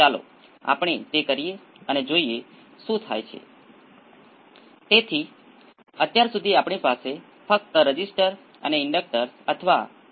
ચાલો કહીએ કે માનવ કાનની સાંભળવાની ફ્રિક્વન્સીથી 20 કિલો હર્ટ્ઝ લગભગ